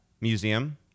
museum